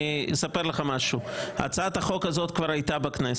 אני אספר לך משהו: הצעת החוק הזאת כבר הייתה בכנסת.